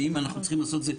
ואם אנחנו צריכים לעשות את זה,